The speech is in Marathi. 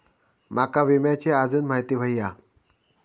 माका विम्याची आजून माहिती व्हयी हा?